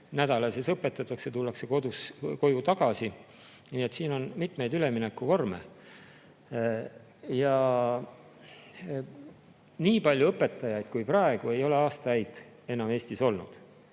nädala sees õpetatakse, tullakse koju tagasi. Nii et siin on mitmeid üleminekuvorme. Ja nii palju õpetajaid kui praegu ei ole aastaid enam Eestis olnud.